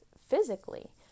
physically